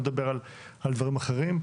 שלא לדבר על דברים אחרים.